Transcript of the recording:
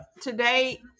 Today